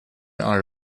are